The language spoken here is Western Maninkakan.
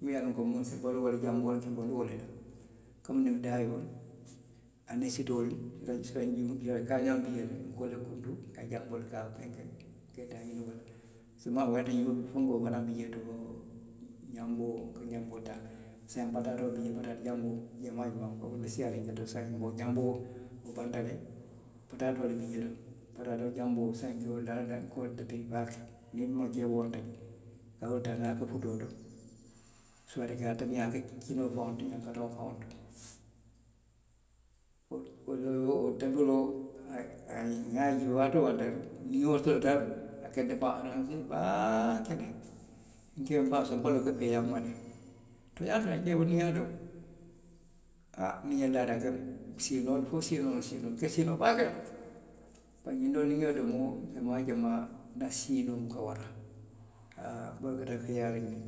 muŋ ye a loŋ ko moo si baluu noo wo janboolu la, niŋ wolu menta domondiŋ. komi nebedaayoolu. aniŋ sitoolu. sitajuu, sita juu kaaňaŋolu bi jee le ;nka wolu le kuntu ka a jahasee, ka a bondi, ka a fenke ka ike ňoŋ baala teŋ. samaa, fenkoo fanaŋ bi jee to ňanboo. nka ňanboo taa. saayiŋ pataatoo bi jee. jamaa jamaa, i be siiyaariŋ jee to saayiŋ wo janboo. Wo banta le. Pataatoo le bi jee to. pataati janboo saayiŋ nka wo le taa, nka wo le tabi baake.ňiŋ janboolu teŋ, nka wo le taa nwake futoo to suwati. nŋa a tabi nŋa a e kinoo faŋo to, ňankataŋo faŋo to. Wo, wo, wo tabiroo, a ye a, niŋ a ye wo ke waati woo waati. niŋ wo sotota nbulu, a ka nte faŋo aransee baake nka nfansoto, nbaloo ka feeyaanma le. Tooňaa tooňaa. ceeboo, niŋ nŋa domo. a, niŋ nŋa laa de a ka siinoo, fo siinoo, siinoo, nka siinoo baake le. Bari ňiŋ doo niŋ nŋa wo domo. jamaa jamaa nna siinoo buka wara haa, nbaloo ka tara feeyaariŋ ne.